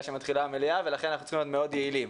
שמתחילה המליאה ולכן אנחנו צריכים להיות מאוד יעילים.